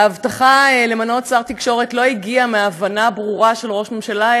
ההבטחה למנות שר תקשורת לא הגיעה מהבנה ברורה של ראש הממשלה,